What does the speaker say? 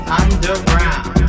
underground